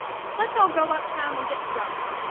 let's all go up town and get drunk,